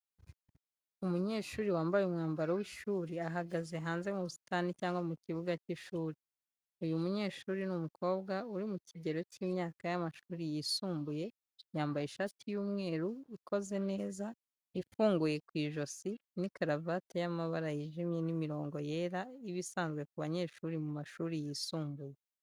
Umunyeshuri wambaye umwambaro w'ishuri ahagaze hanze mu busitani cyangwa mu kibuga cy’ishuri. Uyu munyeshuri ni umukobwa uri mu kigero cy'imyaka y'amashuri yisumbuye yambaye ishati y’umweru, ikoze neza, ifunguye ku ijosi, n'ikaravate y'amabara yijimye n’imirongo yera iba isanzwe ku banyeshuri mu mashuri yisumbuye.